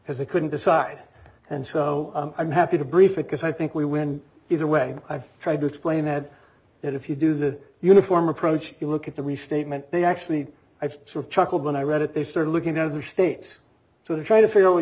because they couldn't decide and so i'm happy to brief it because i think we win either way i've tried to explain had that if you do that uniform approach you look at the restatement they actually i've sort of chuckled when i read it they started looking at other states to try to figure out what